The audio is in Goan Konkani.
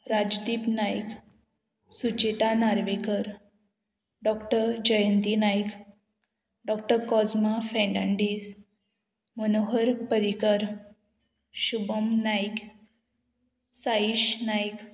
Rajdeep Naik Suchita Narvekar doctor Jayanti Naik doctor Cosma Fernandes Manohar Parrikar Shubham Naik Saish Naik